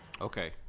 Okay